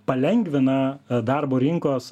palengvina darbo rinkos